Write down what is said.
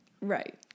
Right